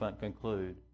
conclude